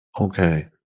Okay